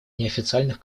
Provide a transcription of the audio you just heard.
неофициальных